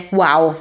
wow